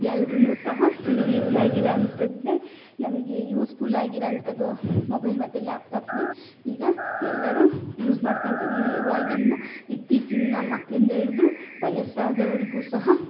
ಎಲ್ರು ಸಹ ನಮಗ್ ಈಸಿಯಾಗಿರೋ ಅಂಥದ್ನೇ ನಮಗೆ ಯೂಸ್ಪುಲ್ಲಾಗಿರ ಅಂಥದ್ದು ಮೊಬೈಲ್ ಮತ್ತು ಲ್ಯಾಪ್ಟಾಪ್ನೆ ಈಗ ಎಲ್ಲರು ಯೂಸ್ ಮಾಡ್ಕೊತಿರ ಇವು ಇವಾಗಿಂದ ಇತ್ತೀಚಿನ ಮಕ್ಕಳಿಂದ ಹಿಡಿದ್ರು ವಯಸ್ಸಾದವ್ರಿಗು ಸಹ